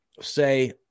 say